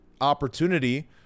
opportunity